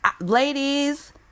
Ladies